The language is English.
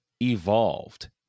evolved